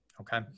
okay